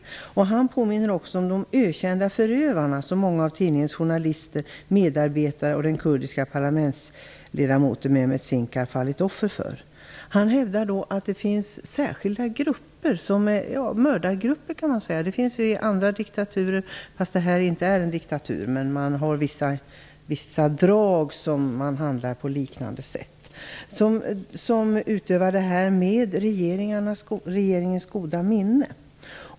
Lord Avebury påminner också om de ökända förövare som många av tidningens journalister, medarbetare och den kurdiske parlamentsledamoten Mehmet Sincar fallit offer för. Han hävdar att det finns särskilda grupper, mördargrupper, kan man säga. Sådana finns ju också i andra diktaturer - ja, det här är inte en diktatur, men det finns vissa drag som visar att man handlar på ett liknande sätt. De här gruppernas utövning sker med regeringens goda minne.